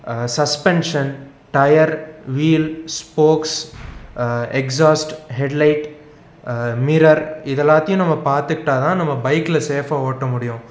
suspension tyre wheel spokes exhaust headlight mirror இது எல்லாத்தையும் நம்ப பார்த்துக்கிட்டாத நம்ம பைக்கில் சேஃபாக ஓட்ட முடியும்